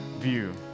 View